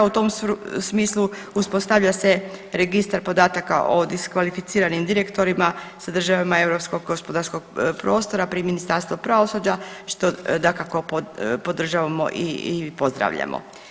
U tom smislu uspostavlja se registar podataka o diskvalificiranim direktorima sa državama Europskog gospodarskog prostora pri Ministarstvu pravosuđa što dakako podržavamo i pozdravljamo.